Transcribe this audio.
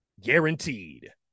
Guaranteed